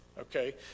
okay